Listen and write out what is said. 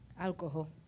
Alcohol